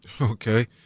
Okay